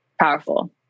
powerful